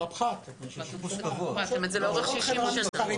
זאת אומרת זה לאורך 60 שנה.